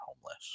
homeless